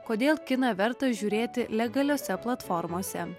kodėl kiną verta žiūrėti legaliose platformose